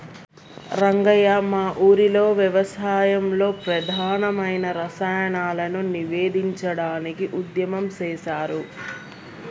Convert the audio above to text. రంగయ్య మా ఊరిలో వ్యవసాయంలో ప్రమాధమైన రసాయనాలను నివేదించడానికి ఉద్యమం సేసారు